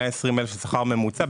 120,000 זה שכר ממוצע.